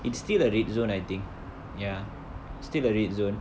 it's still a red zone I think ya still a red zone